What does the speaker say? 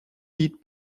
hit